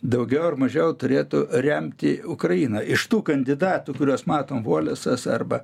daugiau ar mažiau turėtų remti ukrainą iš tų kandidatų kuriuos matom volesas arba